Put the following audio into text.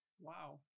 Wow